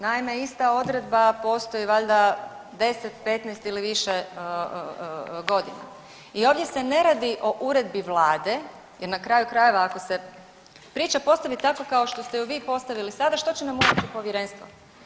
Naime, ista odredba postoji valjda 10, 15 ili više godina i ovdje se ne radi o uredbi Vlade jer na kraju krajeva, ako se priča postavit tako kao što ste ju vi postavili sada, što će nam uopće Povjerenstvo?